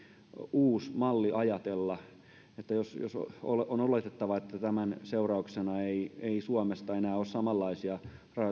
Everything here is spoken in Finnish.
uusi malli ajatella jos jos on oletettavaa että tämän seurauksena ei ei suomesta enää ole samanlaisia